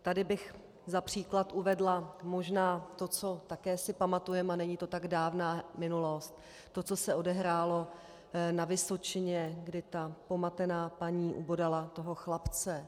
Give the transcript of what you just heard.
Tady bych za příklad uvedla možná to, co si také pamatujeme, a není to tak dávná minulost, to, co se odehrálo na Vysočině, kdy ta pomatená paní ubodala chlapce.